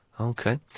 Okay